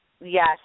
Yes